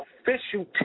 official